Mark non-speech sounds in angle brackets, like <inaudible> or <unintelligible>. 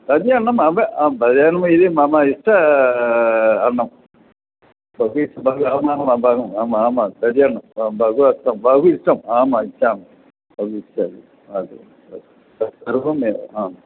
दधिः अन्नम् अपि <unintelligible> यदि मम इष्टम् अन्नम् <unintelligible> अन्नम् आम् आम् दधिः अन्नं बहु कष्टं बहु इष्टम् आम् इच्छामि बहु इच्छामि <unintelligible> तत्सर्वम् एव आं